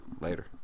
later